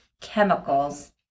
chemicals